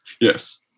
Yes